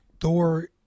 Thor